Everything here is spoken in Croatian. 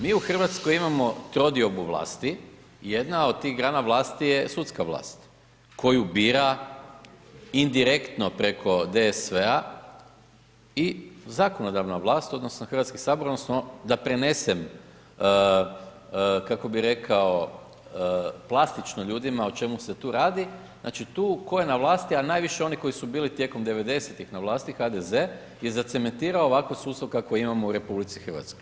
Mi u Hrvatskoj imamo trodiobu vlasti, jedna od tih grana vlasti je sudska vlast, koju bira indirektno preko DSV-a i zakonodavna vlast, odnosno HS, odnosno da prenesem, kako bih rekao plastično ljudima o čemu se tu radi, znači, tko je tu na vlasti, a najviše oni koji su bili tijekom 90-ih na vlasti, HDZ je zacementirao ovakav sustav kakav imamo u RH.